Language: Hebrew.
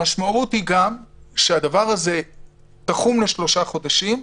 המשמעות היא גם שהדבר הזה תחום לשלושה חודשים,